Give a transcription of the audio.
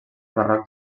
barroc